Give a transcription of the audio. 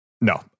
No